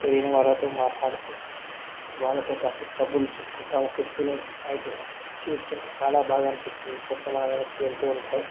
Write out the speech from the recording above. తెలియని వాళ్ళతో మాట్లాడుతూ వాళ్ళతో కాసేపు కబుర్లు చెప్పుకుంటా ఒక కిటికీలోంచి నైట్ చూస్తుంటే చాలా బాగా అనిపిస్తుంది చెట్లు మన వెనక్కి వెళ్ళుతూంటాయి